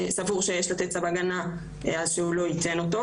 שיש לתת צו הגנה אז שהוא לא ייתן אותו,